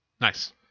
Nice